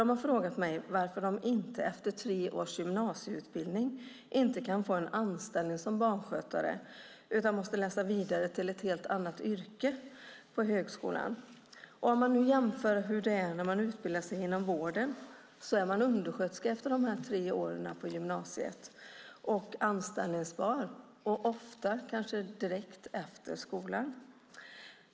De har frågat mig varför de efter tre års gymnasieutbildning inte kan få en anställning som barnskötare utan måste läsa vidare till ett helt annat yrke på högskolan. Om man jämför med hur det när man utbildar sig inom vården så är man undersköterska efter de tre åren på gymnasiet och då anställningsbar, ofta direkt efter skolan.